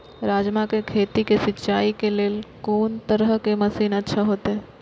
राजमा के खेत के सिंचाई के लेल कोन तरह के मशीन अच्छा होते?